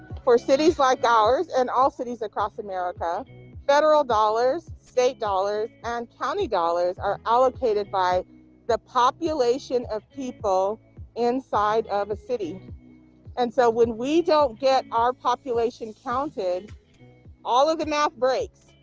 for cities like ours and all cities across america federal dollars state dollars and county dollars are allocated by the population of people inside of a city and so when we don't get our population counted all of the math breaks,